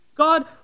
God